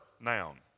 noun